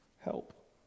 Help